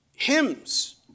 hymns